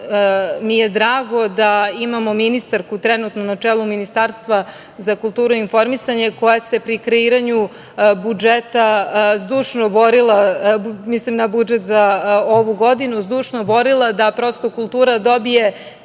mi je drago da imamo ministarku trenutno na čelu Ministarstva za kulturu i informisanje koja se pri kreiranju budžeta zdušno borila, mislim na budžet za ovu godinu, da prosto kultura dobije